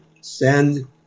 send